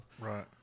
Right